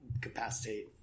capacitate